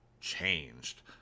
changed